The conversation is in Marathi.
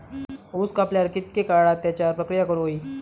ऊस कापल्यार कितके काळात त्याच्यार प्रक्रिया करू होई?